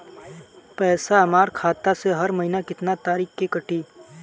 पैसा हमरा खाता से हर महीना केतना तारीक के कटी?